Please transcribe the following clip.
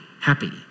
happy